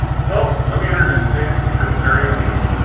so let me introduce today's speaker, terry o'neill.